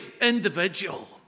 individual